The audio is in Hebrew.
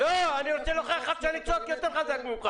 אני רוצה להוכיח לך שאני צועק חזק יותר ממך.